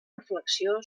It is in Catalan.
reflexió